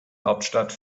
hauptstadt